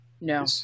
No